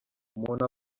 umuntu